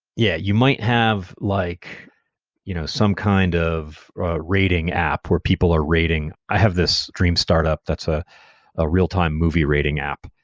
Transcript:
yeah, you might have like you know some kind of rating app where people are rating. i have this dream startup that's a ah real-time movie rating app.